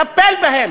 טפל בהם.